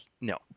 no